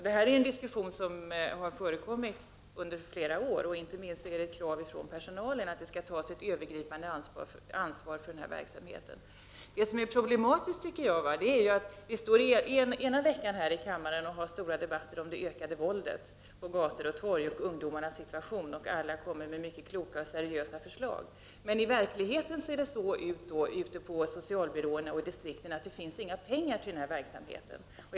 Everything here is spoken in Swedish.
Det här är en diskussion som har förekommit under flera år, och inte minst personalen har ställt krav på att det skall tas ett övergripande ansvar för denna verksamhet. Det som är problematiskt är att vi kan stå här i kammaren och ha stora debatter om det ökade våldet på gator och torg och om ungdomarnas situation, där alla kommer med mycket kloka och seriösa förslag, medan verkligheten ute på socialbyråerna och distrikten är sådan att det inte finns några pengar till verksamheten.